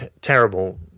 terrible